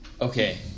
okay